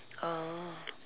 ah